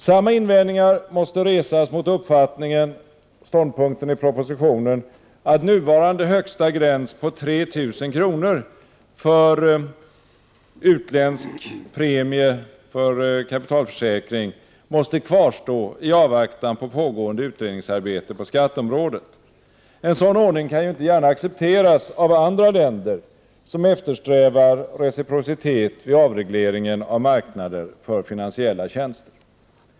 Samma invändningar måste resas mot uppfattningen, ståndpunkteni propositionen, att nuvarande högsta gräns på 3 000 kr. för utländsk kapitalförsäkringspremie måste kvarstå i avvaktan på pågående utredningsarbete på skatteområdet. En sådan ordning kan inte gärna accepteras av andra länder, som eftersträvar reciprocitet vid avregleringen av marknader för finansiella tjänster.